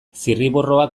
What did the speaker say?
zirriborroak